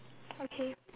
okay